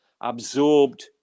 absorbed